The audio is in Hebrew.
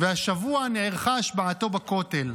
והשבוע נערכה השבעתו בכותל.